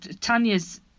Tanya's